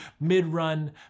mid-run